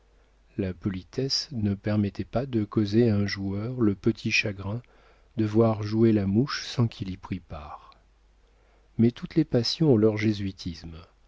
la politesse ne permettait pas de causer à un joueur le petit chagrin de voir jouer la mouche sans qu'il y prît part mais toutes les passions ont leur jésuitisme